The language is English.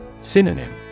synonym